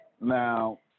Now